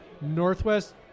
Northwest